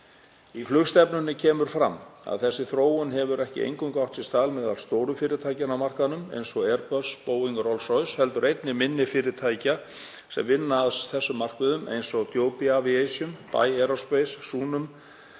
Í flugstefnunni kemur fram að þessi þróun hefur ekki eingöngu átt sér stað á meðal stóru fyrirtækjanna á markaðnum, eins og Airbus, Boeing og Rolls Royce, heldur eru einnig minni fyrirtæki að vinna að þessum markmiðum, eins og Joby Aviation, Bye Aerospace, Zunum,